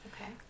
Okay